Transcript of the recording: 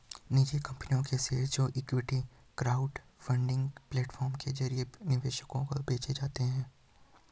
निजी कंपनियों के शेयर जो इक्विटी क्राउडफंडिंग प्लेटफॉर्म के जरिए निवेशकों को बेचे जाते हैं